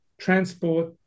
transport